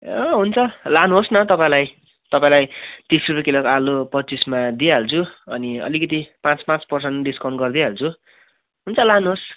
ए हुन्छ लानुहोस् न तपाईँलाई तपाईँलाई तिस रुपियाँ किलोको आलु पच्चिसमा दिइहाल्छु अनि अलिकति पाँच पाँच पर्सन्ट डिसकाउन्ट गरिदिइहाल्छु हुन्छ लानुहोस्